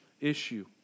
issue